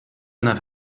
einer